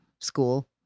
school